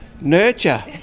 nurture